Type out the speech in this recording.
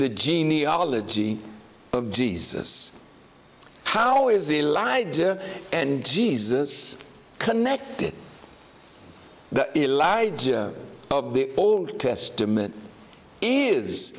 the genealogy of jesus how is the lie and jesus connected the last of the old testament is